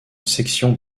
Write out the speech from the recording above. section